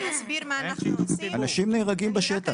אני אסביר מה אנחנו עושים --- אנשים נהרגים בשטח.